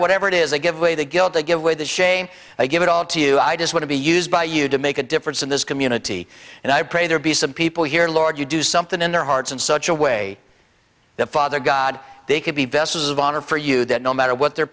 whatever it is they give away the guilt they give away the shame i give it all to you i just want to be used by you to make a difference in this community and i pray there be some people here lord you do something in their hearts in such a way that father god they could be vessels of honor for you that no matter what their